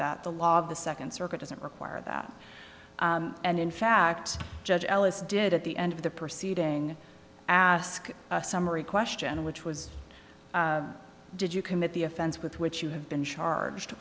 that the law of the second circuit doesn't require that and in fact judge ellis did at the end of the proceeding ask a summary question which was did you commit the offense with which you have been charged